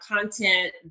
content